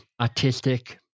artistic